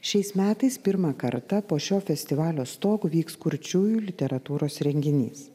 šiais metais pirmą kartą po šio festivalio stogu vyks kurčiųjų literatūros renginys